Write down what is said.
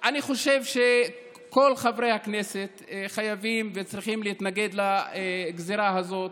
אני חושב שכל חברי הכנסת חייבים וצריכים להתנגד לגזרה הזאת,